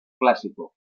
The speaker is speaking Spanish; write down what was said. clásico